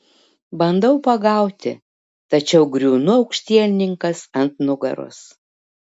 bandau pagauti tačiau griūnu aukštielninkas ant nugaros